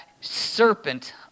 serpent